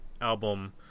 album